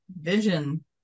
vision